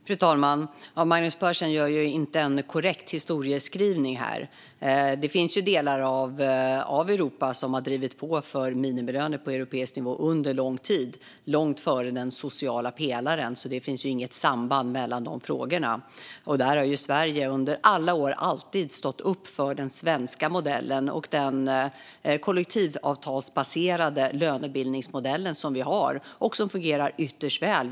Fru talman! Magnus Persson gör inte en korrekt historieskrivning här. Det finns ju delar av Europa som har drivit på för minimilöner på europeisk nivå under lång tid, långt före den sociala pelaren, så det finns inget samband mellan de frågorna. Sverige har under alla år alltid stått upp för den svenska modellen och den kollektivavtalsbaserade lönebildningsmodell som vi har och som fungerar ytterst väl.